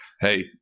hey